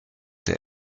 der